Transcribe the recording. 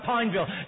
Pineville